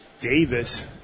Davis